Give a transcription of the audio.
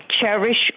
Cherish